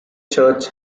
church